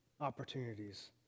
opportunities